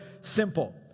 simple